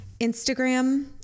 Instagram